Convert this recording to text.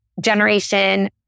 Generation